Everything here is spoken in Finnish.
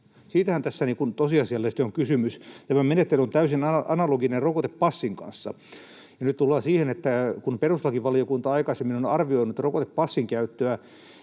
Siitähän tässä tosiasiallisesti on kysymys. Tämä menettely on täysin analoginen rokotepassin kanssa. Nyt tullaan siihen, että kun perustuslakivaliokunta aikaisemmin on arvioinut rokotepassin käyttöä,